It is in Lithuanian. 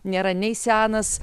nėra nei senas